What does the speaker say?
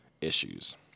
issues